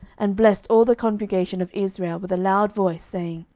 and blessed all the congregation of israel with a loud voice, saying,